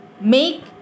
make